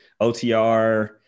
OTR